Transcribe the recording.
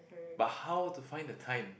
but how to find the time